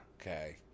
Okay